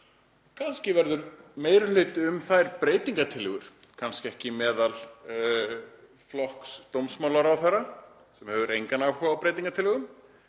Kannski verður meiri hluti um þær breytingartillögur, kannski ekki meðal flokks dómsmálaráðherra sem hefur engan áhuga á breytingartillögum,